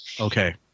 Okay